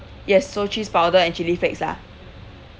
yes so cheese powder and chilli flakes lah